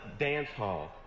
dancehall